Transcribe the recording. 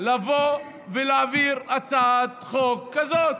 לבוא ולהעביר הצעת חוק כזאת.